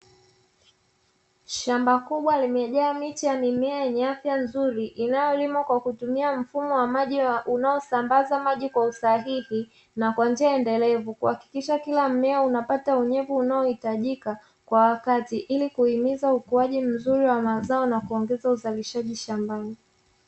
Shamba kubwa limejaa miche ya mimea yenye afya nzuri, inayolimwa kwa kutumia mfumo wa maji unaosambaza maji kwa usahihi na kwa njia endelevu, kuhakikisha kila mmea unapata unyevu unaohitajika kwa wakati ili kuhimiza ukuaji mzuri wa mazao na kuongeza uzalishaji shambani.